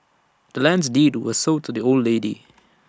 the land's deed was sold to the old lady